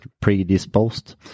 predisposed